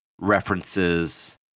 references